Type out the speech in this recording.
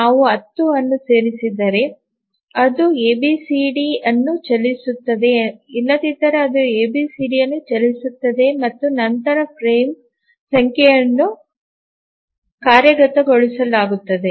ನಾವು 10 ಅನ್ನು ಆರಿಸಿದರೆ ಅದು ಎ ಬಿ ಸಿ ಡಿ ಅನ್ನು ಚಲಿಸುತ್ತದೆ ಇಲ್ಲದಿದ್ದರೆ ಅದು ಎ ಬಿ ಡಿ ಅನ್ನು ಚಲಿಸುತ್ತದೆ ಮತ್ತು ನಂತರ ಫ್ರೇಮ್ ಸಂಖ್ಯೆಯನ್ನು ಕಾರ್ಯಗತಗೊಳಿಸಲಾಗುತ್ತದೆ